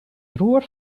roer